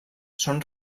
són